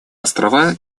острова